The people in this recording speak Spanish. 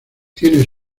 tiene